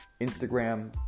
Instagram